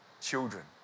children